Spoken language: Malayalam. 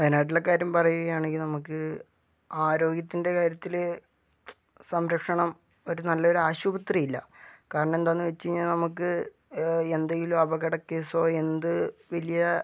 വയനാട്ടിലെ കാര്യം പറയുകയാണെങ്കിൽ നമുക്ക് ആരോഗ്യത്തിൻ്റെ കാര്യത്തില് സംരക്ഷണം ഒരു നല്ലൊരു ആശുപത്രിയില്ല കാരണം എന്താന്ന് വെച്ച് കഴിഞ്ഞാൽ നമുക്ക് എന്തെങ്കിലും അപകട കേസോ എന്ത് വലിയ